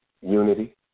Unity